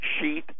sheet